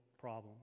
problem